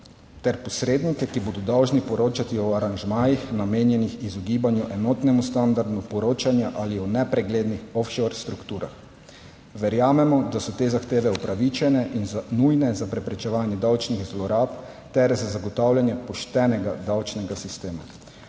ter posrednike, ki bodo dolžni poročati o aranžmajih, namenjenih izogibanju enotnemu standardu poročanja ali o nepreglednih offshore strukturah. Verjamemo, da so te zahteve upravičene in so nujne za preprečevanje davčnih zlorab ter za zagotavljanje poštenega davčnega sistema.